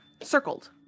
circled